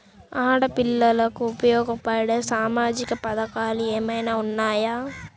ఆడపిల్లలకు ఉపయోగపడే సామాజిక పథకాలు ఏమైనా ఉన్నాయా?